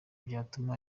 byatumye